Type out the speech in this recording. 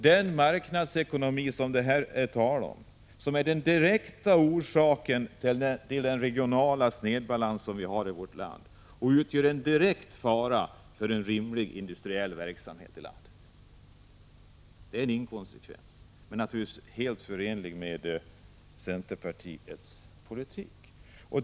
Den marknadsekonomi som det här talas om är den främsta orsaken till den regionala obalans som råder i vårt land, och den utgör en direkt fara för en rimlig industriell verksamhet i landet. Det är inkonsekvent att tala för denna ekonomi, men det är naturligtvis helt förenligt med centerpartiets politik.